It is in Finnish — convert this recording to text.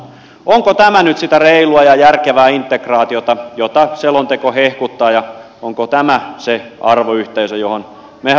onko tämä nyt sitä reilua ja järkevää integraatiota jota selonteko hehkuttaa ja onko tämä se arvoyhteisö johon me haluamme kuulua